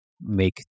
make